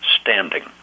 standing